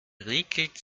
räkelt